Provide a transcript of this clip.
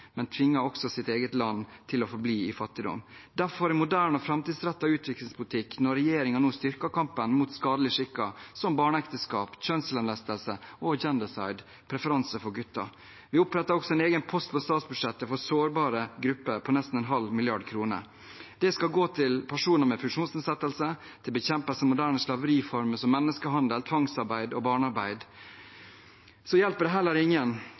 men tvinger også sitt eget land til å forbli i fattigdom. Derfor er det moderne og framtidsrettet utviklingspolitikk når regjeringen nå styrker kampen mot skadelige skikker som barneekteskap, kjønnslemlestelse og «gendercide» – preferanse for gutter. Vi oppretter også en egen post på statsbudsjettet for sårbare grupper på nesten en halv milliard kroner. Det skal gå til personer med funksjonsnedsettelse og til bekjempelse av moderne slaveriformer som menneskehandel, tvangsarbeid og barnearbeid. Det hjelper heller